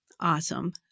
Awesome